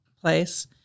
place